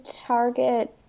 target